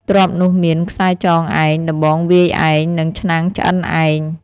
ទ្រព្យនោះមាន ខ្សែចងឯង ដំបងវាយឯង និងឆ្នាំងឆ្អិនឯង។